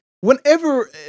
whenever